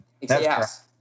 Yes